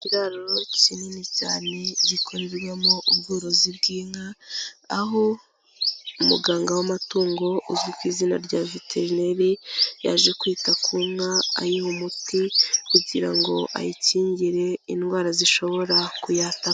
Ikiraro kinini cyane gikorerwamo ubworozi bw'inka, aho umuganga w'amatungo uzwi ku izina rya viterineri yaje kwita ku nka ayiha umuti kugira ngo ayikingire indwara zishobora kuyataka.